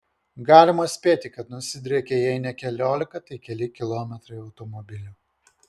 galima spėti kad nusidriekė jei ne keliolika tai keli kilometrai automobilių